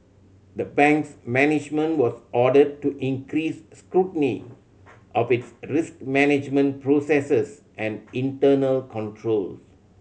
the bank's management was ordered to increase scrutiny of its risk management processes and internal controls